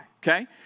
okay